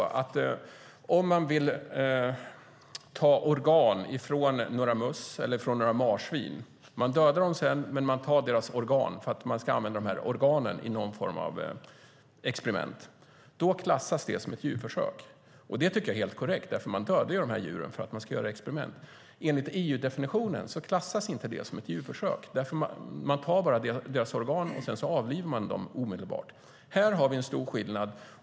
Man har för avsikt att ta organ från några möss eller marsvin. De dödas senare, men deras organ tas ut för att användas i någon form av experiment. Det klassas som ett djurförsök. Det tycker jag är helt korrekt. Djuren dödas för att göra experiment. Enligt EU-definitionen klassas inte detta som ett djurförsök. Organen tas ut, och sedan avlivas djuren omedelbart. Här råder en stor skillnad.